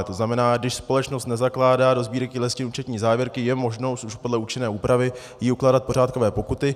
To znamená, když společnost nezakládá do Sbírky listin účetní závěrky, je možnost už podle účinné úpravy jí ukládat pořádkové pokuty.